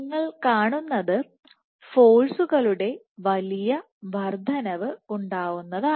നിങ്ങൾ കാണുന്നത് ഫോഴ്സുകളുടെ വലിയ വർദ്ധനവ് ഉണ്ടാവുന്നതാണ്